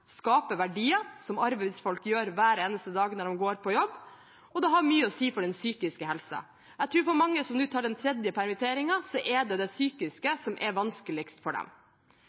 verdier, som arbeidsfolk gjør hver eneste dag når de går på jobb, og det har mye å si for den psykiske helsen. Jeg tror at for mange som nå tar den tredje permitteringen, er det det psykiske som er vanskeligst for dem.